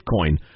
Bitcoin